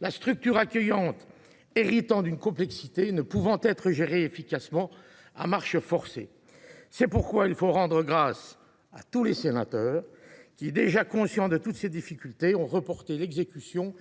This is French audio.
la structure accueillante héritant d’une complexité ne pouvant être gérée efficacement à marche forcée. C’est pourquoi il faut rendre grâce à tous les sénateurs qui, déjà conscients de ces difficultés, ont reporté l’exécution